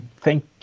thank